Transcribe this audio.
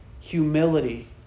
humility